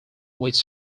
which